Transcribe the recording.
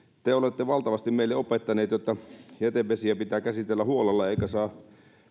te olette valtavasti meille opettaneet jotta jätevesiä pitää käsitellä huolella eikä saa